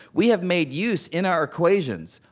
we have made use, in our equations,